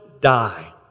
die